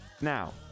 now